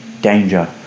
danger